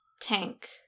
tank